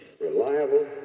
reliable